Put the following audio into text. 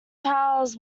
charles